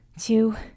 two